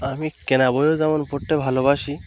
আমি কেনা বইও যেমন পড়তে ভালোবাসি